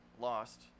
lost